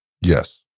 Yes